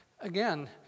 again